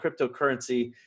cryptocurrency